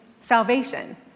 salvation